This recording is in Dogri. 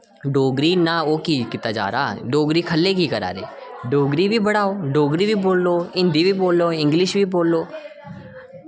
डोगरी इन्ना ओह् कीत्ता जा डोगरी खल्ले की करा दे डोगरी बी बढ़ाओ डोगरी बी बोल्लो हिंदी बी बोल्लो इंग्लिश बोल्लो